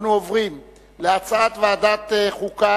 אנחנו עוברים להצעת ועדת החוקה,